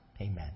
Amen